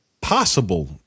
possible